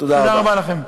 תודה רבה לכם.